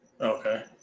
Okay